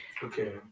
Okay